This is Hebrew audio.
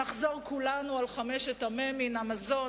נחזור כולנו על חמשת המ"מים: המזון,